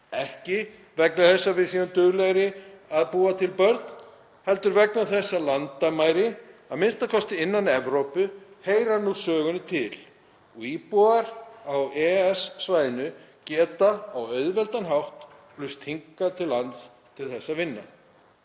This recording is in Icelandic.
ekki vegna þess að við séum duglegri að búa til börn heldur vegna þess að landamæri, a.m.k. innan Evrópu, heyra nú sögunni til og íbúar á EES-svæðinu geta á auðveldan hátt flust hingað til lands til að vinna,